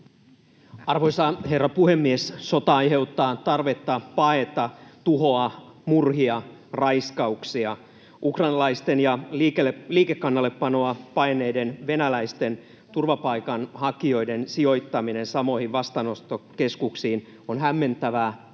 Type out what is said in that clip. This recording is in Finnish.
Arvoisa herra puhemies! Sota aiheuttaa tarvetta paeta tuhoa, murhia, raiskauksia. Ukrainalaisten ja liikekannallepanoa paenneiden venäläisten turvapaikanhakijoiden sijoittaminen samoihin vastaanottokeskuksiin on hämmentävää,